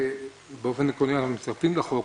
באופן עקרוני אנחנו מצפים לחוק,